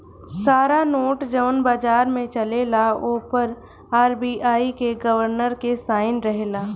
सारा नोट जवन बाजार में चलेला ओ पर आर.बी.आई के गवर्नर के साइन रहेला